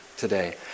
Today